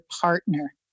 partner